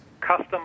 custom